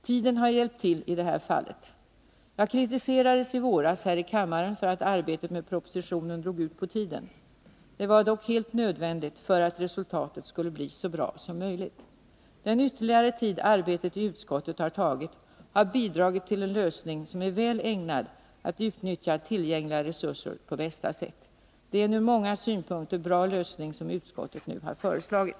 Tiden har varit till hjälp i det här fallet. Jag kritiserades i våras här i kammaren för att arbetet med propositionen drog ut på tiden. Det var dock helt enkelt nödvändigt för att resultatet skulle bli så bra som möjligt. Den ytterligare tid arbetet i utskottet har tagit har bidragit till en lösning som är väl ägnad att utnyttja tillgängliga resurser på bästa sätt. Det är en ur många synpunkter bra lösning som utskottet nu föreslagit.